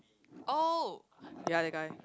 oh ya that guy